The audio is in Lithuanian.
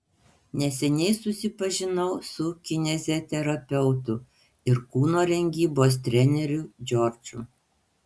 neseniai susipažinau su kineziterapeutu ir kūno rengybos treneriu džordžu